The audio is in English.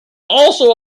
also